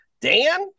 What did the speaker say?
Dan